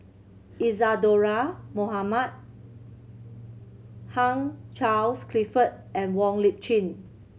Isadhora Mohamed Hugh Charles Clifford and Wong Lip Chin